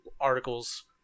articles